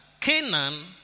Canaan